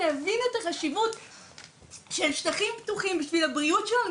להבין את החשיבות של שטחים פתוחים בשביל הבריאות שלנו,